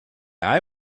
eye